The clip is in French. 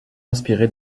inspiré